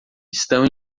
estão